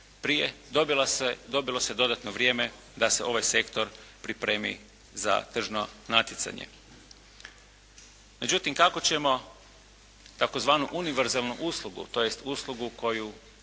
prije, dobilo se dodatno vrijeme da se ovaj sektor pripremi za tržno natjecanje. Međutim, kako ćemo tzv. univerzalnu uslugu, tj. uslugu koju,